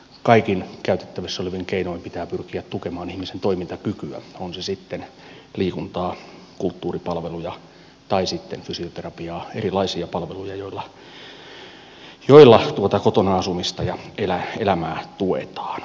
kaikin käytettävissä olevin keinoin pitää pyrkiä tukemaan ihmisen toimintakykyä on se sitten liikuntaa kulttuuripalveluja tai fysioterapiaa erilaisia palveluja joilla tuota kotona asumista ja elämää tuetaan